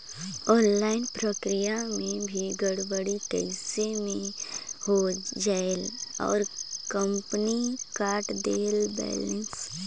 Online प्रक्रिया मे भी गड़बड़ी कइसे मे हो जायेल और कंपनी काट देहेल बैलेंस?